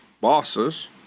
bosses